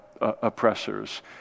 oppressors